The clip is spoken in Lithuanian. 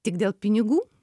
tik dėl pinigų